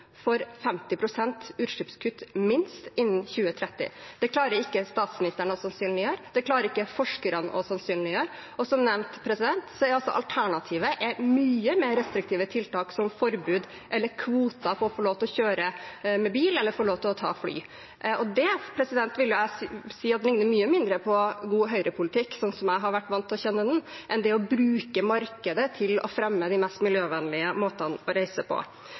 innen 2030. Det klarer ikke statsministeren å sannsynliggjøre. Det klarer ikke forskerne å sannsynliggjøre. Som nevnt er alternativet mye mer restriktive tiltak, som forbud eller kvoter på å få lov til å kjøre med bil eller ta fly. Det vil jeg si ligner mye mindre på god høyrepolitikk, slik jeg har vært vant til å kjenne den, enn det å bruke markedet til å fremme de mest miljøvennlige måtene å reise på.